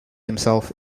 himself